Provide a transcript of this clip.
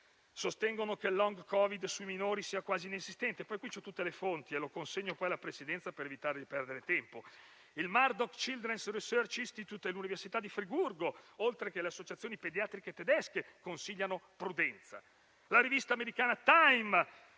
sostengono che il *long-*Covid nei minori sia quasi inesistente (ho qui l'elenco completo delle fonti, che poi consegnerò alla Presidenza per evitare di perdere tempo). Il Murdoch children's research institute dell'università di Friburgo, oltre che le associazioni pediatriche tedesche, consigliano prudenza. La rivista americana «Time»